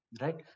right